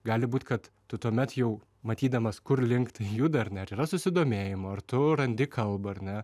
gali būt kad tu tuomet jau matydamas kurlink tai juda ar ne ar yra susidomėjimo ar tu randi kalbą ar ne